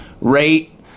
Rate